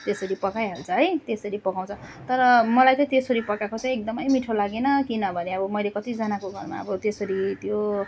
त्यसरी पकाइहाल्छ है त्यसरी पकाउँछ तर मलाई त्यही त्यसरी पकाएको चाहिँ एकदमै मिठो लागेन किनभने मैले अब कतिजनाको घरमा अब त्यसरी त्यो